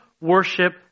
worship